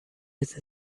with